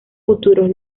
futuros